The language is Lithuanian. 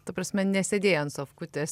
ta prasme nesėdėjai ant sofutės